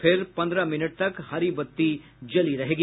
फिर पंद्रह मिनट तक हरी बत्ती जली रहेगी